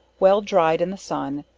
well dryed in the sun,